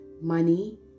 money